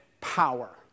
power